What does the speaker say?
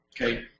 okay